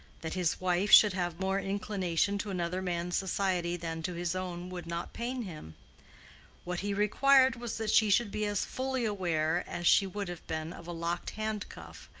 that his wife should have more inclination to another man's society than to his own would not pain him what he required was that she should be as fully aware as she would have been of a locked hand-cuff,